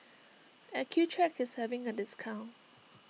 Accucheck is having a discount